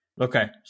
Okay